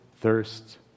thirst